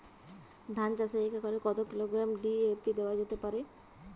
ধান চাষে এক একরে কত কিলোগ্রাম ডি.এ.পি দেওয়া যেতে পারে?